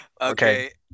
Okay